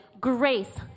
grace